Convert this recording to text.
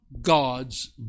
God's